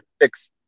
fix